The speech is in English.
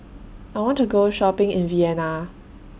I want to Go Shopping in Vienna